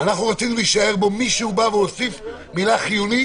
המילה "חיוני"